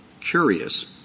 curious